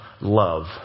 love